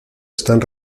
están